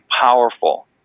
powerful